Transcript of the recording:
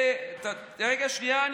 שנייה,